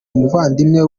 umuvandimwe